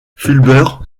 fulbert